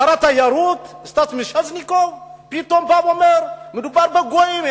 שר התיירות סטס מיסז'ניקוב פתאום בא ואומר: מדובר בגויים.